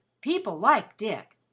people like dick,